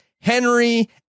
Henry